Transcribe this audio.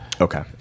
Okay